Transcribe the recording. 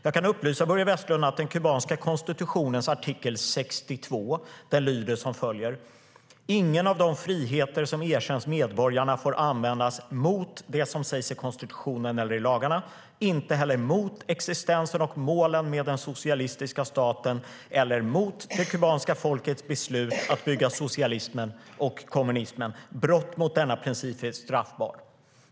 Jag kan upplysa Börje Vestlund om att den kubanska konstitutionens artikel 62 lyder: Ingen av de friheter som tillerkänns medborgarna får användas mot det som sägs i konstitutionen och lagarna, inte heller mot den socialistiska statens existens och mål och inte heller mot det kubanska folkets beslut att bygga socialismen och kommunismen. Ett brott mot denna princip är straffbart.